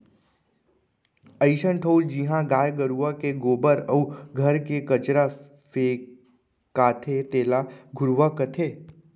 अइसन ठउर जिहॉं गाय गरूवा के गोबर अउ घर के कचरा फेंकाथे तेला घुरूवा कथें